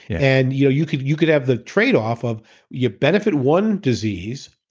and you know you could you could have the trade off of you benefit one disease,